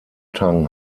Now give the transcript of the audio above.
tang